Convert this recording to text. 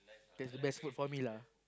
that's the best food for me lah